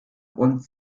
und